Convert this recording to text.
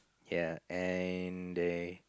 ya and they